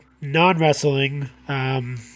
non-wrestling